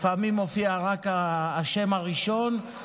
לפעמים מופיע רק השם הראשון,